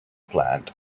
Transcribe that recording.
plant